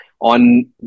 on